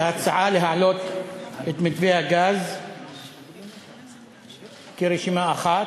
להצעה להעלות את מתווה הגז כרשימה אחת.